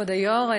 כבוד היושב-ראש,